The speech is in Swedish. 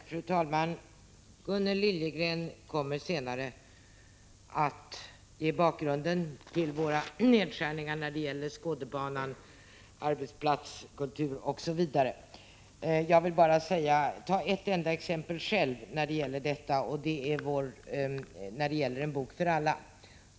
Fru talman! Gunnel Liljegren kommer senare att ge bakgrunden till våra förslag till nedskärningar av anslagen till Skådebanan, arbetsplatskultur osv. Jag vill själv bara ta ett enda exempel. Det är En bok för alla.